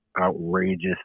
outrageous